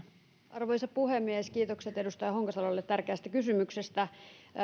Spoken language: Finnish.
arvoisa puhemies kiitokset edustaja honkasalolle tärkeästä kysymyksestä